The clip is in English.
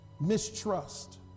mistrust